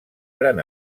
gran